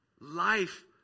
Life